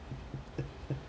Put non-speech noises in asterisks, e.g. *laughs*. *laughs*